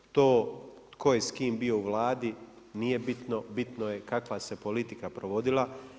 To tko je s kim bio u Vladi nije bitno, bitno je kakva se politika provodila.